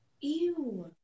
Ew